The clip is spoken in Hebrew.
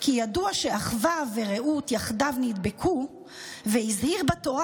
כי ידוע שאחווה ורעות יחדיו נדבקו והזהיר בתורה